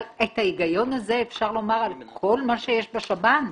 אבל את ההיגיון הזה אפשר לומר על כל מה שיש בשב"ן.